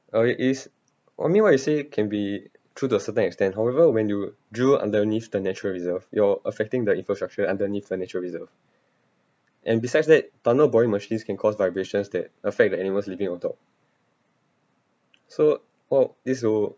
uh it is I mean what you say can be true to a certain extent however when you drill underneath the natural reserve you're affecting the infrastructure underneath the nature reserve and besides that tunnel boring machines can cause vibrations that affect the animals living on top so all this wou~